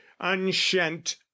unshent